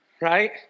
Right